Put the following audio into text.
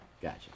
Gotcha